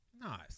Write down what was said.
Nice